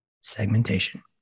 segmentation